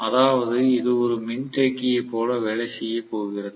அதாவது இது ஒரு மின்தேக்கியைப் போல வேலை செய்யப் போகிறது